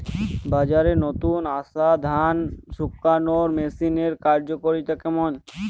বাজারে নতুন আসা ধান শুকনোর মেশিনের কার্যকারিতা কেমন?